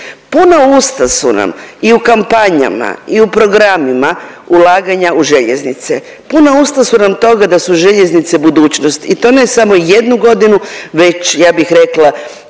Puna usta su nam i u kampanjama i u programima ulaganja u željeznice. Puna usta su nam toga da su željeznice budućnost i to ne samo jednu godinu već ja bih rekla